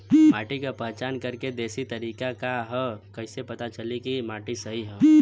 माटी क पहचान करके देशी तरीका का ह कईसे पता चली कि माटी सही ह?